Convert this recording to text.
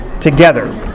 together